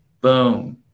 Boom